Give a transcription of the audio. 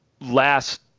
Last